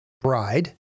bride